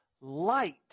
light